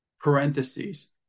parentheses